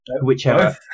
whichever